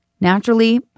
Naturally